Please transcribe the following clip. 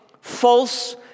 false